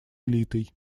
элитой